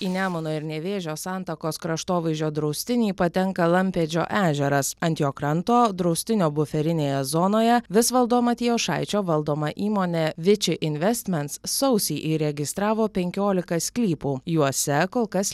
į nemuno ir nevėžio santakos kraštovaizdžio draustinį patenka lampedžio ežeras ant jo kranto draustinio buferinėje zonoje visvaldo matijošaičio valdoma įmonė viči investments sausį įregistravo penkiolika sklypų juose kol kas